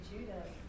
Judas